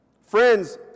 Friends